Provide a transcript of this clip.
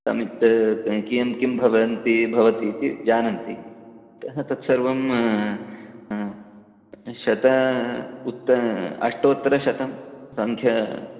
समित् तत् कियत् किं भवन्ति भवति इति जानन्ति अतः तत्सर्वं शतम् उत अष्टोत्तरशतं सङ्ख्या